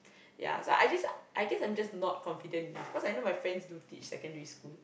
yeah so I guess I guess I'm just not confident enough because I know my friends do teach secondary school